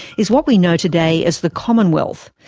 is what we know today as the commonwealth,